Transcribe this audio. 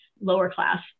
lower-class